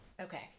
Okay